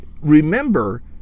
Remember